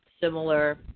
similar